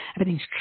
everything's